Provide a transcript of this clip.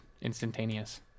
instantaneous